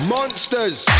Monsters